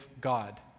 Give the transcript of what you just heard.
God